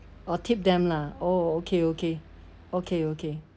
orh tip them lah oh okay okay okay okay